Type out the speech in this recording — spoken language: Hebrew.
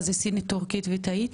סינית, טורקית ותאית?